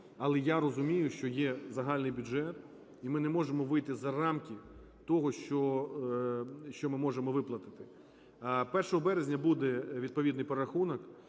Але я розумію, що є загальний бюджет, і ми не можемо вийти за рамки того, що ми можемо виплатити. 1 березня буде відповідний перерахунок,